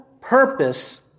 purpose